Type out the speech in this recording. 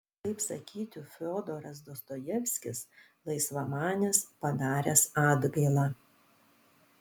kaip sakytų fiodoras dostojevskis laisvamanis padaręs atgailą